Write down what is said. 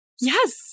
Yes